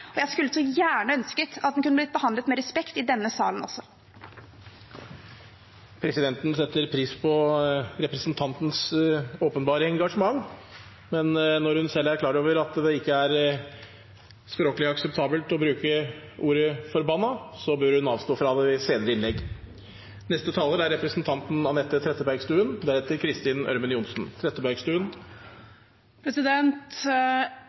komiteen. Jeg skulle så gjerne ønske at den kunne blitt behandlet med respekt i denne salen også. Presidenten setter pris på representantens åpenbare engasjement, men når hun selv er klar over at det ikke er språklig akseptabelt å bruke ordet «forbanna», bør hun avstå fra det i senere innlegg.